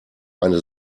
eine